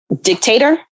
dictator